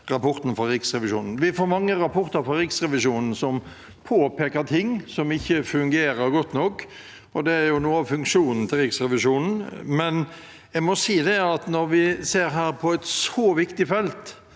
Riksrevisjonen som påpeker ting som ikke fungerer godt nok, og det er jo noe av funksjonen til Riksrevisjonen, men når vi ser her – på et så viktig felt